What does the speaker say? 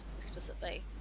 explicitly